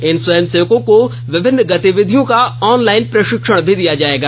इन स्वयंसेवकों को विभिन्न गतिविधियों का ऑनलाइन प्रशिक्षण भी दिया जाएगा